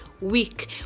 week